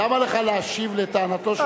למה לך להשיב על טענתו של בר-און,